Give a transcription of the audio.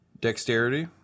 dexterity